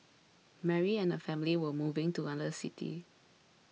Mary and her family were moving to another city